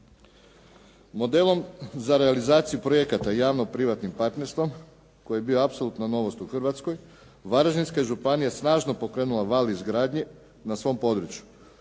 Modelom za realizaciju projekata javno-privatnim partnerstvom koji je bio apsolutno novost u Hrvatskoj, Varaždinska je županija snažno pokrenula val izgradnje na svom području.